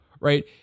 right